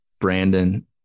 Brandon